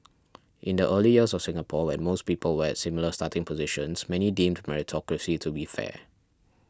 in the early years of Singapore when most people were at similar starting positions many deemed meritocracy to be fair